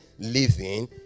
living